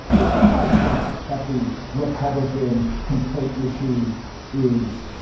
it's not by design that the republican complaint machine is.